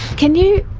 can you?